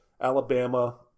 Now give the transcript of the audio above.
Alabama